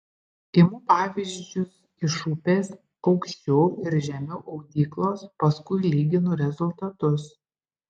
imu pavyzdžius iš upės aukščiau ir žemiau audyklos paskui lyginu rezultatus